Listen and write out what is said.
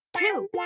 Two